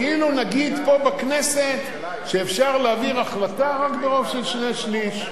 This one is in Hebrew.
כאילו נגיד פה בכנסת שאפשר להעביר החלטה רק ברוב של שני-שלישים.